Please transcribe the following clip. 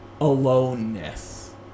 aloneness